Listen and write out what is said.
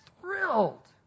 thrilled